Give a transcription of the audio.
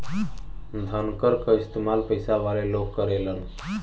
धनकर क इस्तेमाल पइसा वाले लोग करेलन